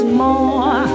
more